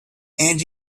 and